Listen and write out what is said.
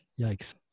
Yikes